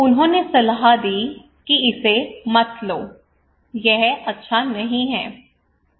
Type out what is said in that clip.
उन्होंने सलाह दी कि इसे मत लो यह अच्छा नहीं है